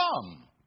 come